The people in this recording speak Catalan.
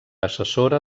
assessora